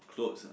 clothes ah